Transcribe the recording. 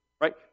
Right